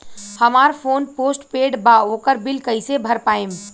हमार phone postpaid बा ओकर बिल कईसे भर पाएम?